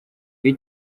iyo